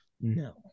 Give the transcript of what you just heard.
No